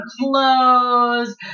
clothes